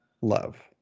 love